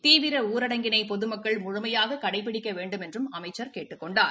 தீவிர ஊரடங்கினை பொதுமக்கள் முழுமையாக கடைபிடிக்க வேண்டுமென்றும் அமைச்சர் கேட்டுக் கொண்டார்